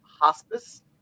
Hospice